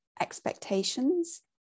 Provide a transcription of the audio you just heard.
expectations